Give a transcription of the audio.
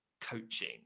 coaching